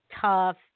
tough